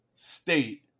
state